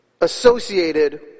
associated